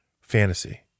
fantasy